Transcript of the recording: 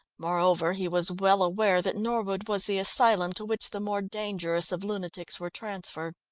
moreover, he was well aware that norwood was the asylum to which the more dangerous of lunatics were transferred.